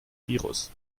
virus